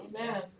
Amen